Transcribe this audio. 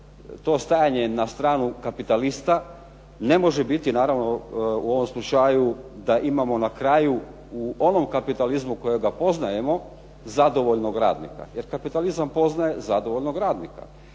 to stajanje na stranu kapitalista ne može biti naravno u ovom slučaju da imamo na kraju u onom kapitalizmu kojega poznajemo zadovoljnog radnika. Jer kapitalizam poznaje zadovoljnog radnika.